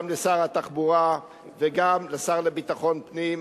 גם לשר התחבורה וגם לשר לביטחון פנים,